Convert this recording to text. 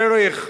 דרך,